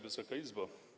Wysoka Izbo!